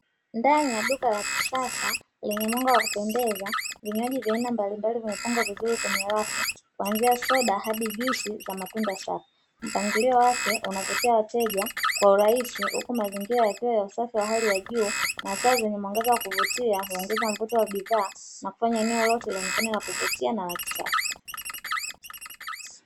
Ndani ya duka la kisasa lenye mwanga wa kupendeza vinjwayi vya aina mbalimbali vimepangwa vizuri kwenye rafu kuanzia soda hadi juisi za matunda safi, mpangilio wake unavutia wateja kwa urahisi. Huku mazingira yakiwa ya usafi wa hali ya juu na taa zenye muangaza wa kuvutia hongeza mvuto wa bidhaa na kufanya eneo lote lionekane la kuvutia na la kisasa.